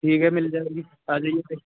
ٹھیک ہے مل جائے گی آ جائیے پھر